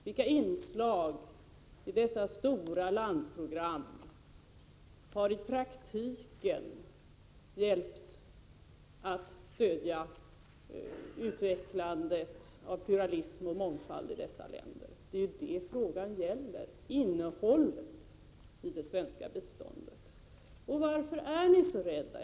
Vilka inslag i dessa stora landprogram har i praktiken varit till hjälp när det gäller att stödja utvecklandet av pluralism, av mångfald, i dessa länder? Det är ju vad frågan gäller. Det handlar om innehållet i det svenska biståndet.